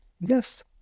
Yes